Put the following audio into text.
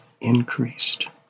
increased